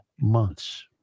months